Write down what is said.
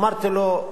אמרתי לו: